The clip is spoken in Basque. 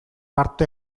parte